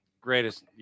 Greatest